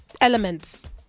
elements